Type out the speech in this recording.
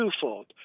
twofold